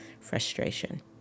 frustration